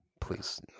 Please